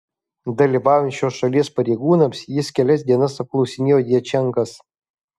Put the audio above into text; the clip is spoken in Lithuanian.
dalyvaujant šios šalies pareigūnams jis kelias dienas apklausinėjo djačenkas